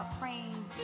praying